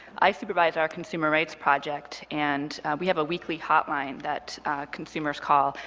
i supervise our consumer rights project, and we have a weekly hotline that consumers call.